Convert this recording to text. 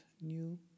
new